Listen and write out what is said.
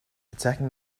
attacking